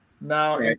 Now